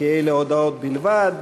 כי אלה הודעות בלבד,